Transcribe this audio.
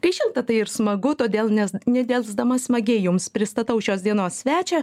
kai šilta tai ir smagu todėl nes nedelsdama smagiai jums pristatau šios dienos svečią